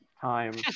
time